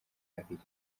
abiri